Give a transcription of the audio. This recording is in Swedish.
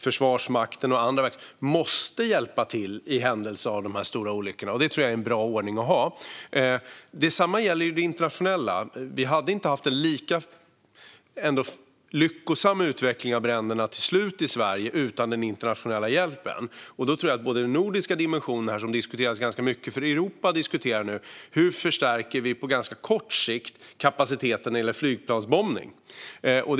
Försvarsmakten och andra verksamheter måste hjälpa till i händelse av stora olyckor, och det tror jag är en bra ordning att ha. Detsamma gäller det internationella samarbetet. Utvecklingen av bränderna i Sverige hade inte fått ett lika lyckosamt slut utan den internationella hjälpen. Där finns det både en nordisk och en europeisk dimension. I Europa diskuterar man nu hur man på ganska kort sikt förstärker kapaciteten när det gäller vattenbombning från flygplan.